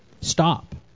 stop